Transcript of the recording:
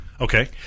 Okay